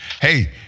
Hey